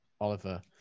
Oliver